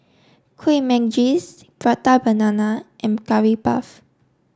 Kueh Manggis Prata Banana and Curry Puff